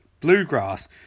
bluegrass